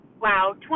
Wow